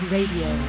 Radio